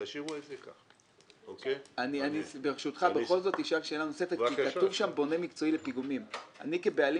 שאלה נוספת ברשותך: כתוב "בונה מקצועי לפיגומים" אני כבעלים